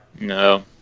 no